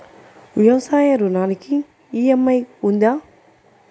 వ్యవసాయ ఋణానికి ఈ.ఎం.ఐ ఉందా?